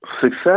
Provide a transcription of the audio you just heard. Success